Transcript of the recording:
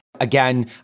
Again